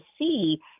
see